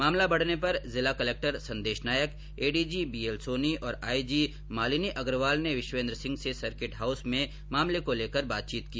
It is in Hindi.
मामला बढ़ने पर जिला collector Sandesh Nayak ADG BL Soni और आईजी मालिनी अग्रवाल ने विश्वेन्द्र सिंह से सर्किट हाउस में मामले को लेकर बातचीत की